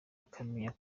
akamenya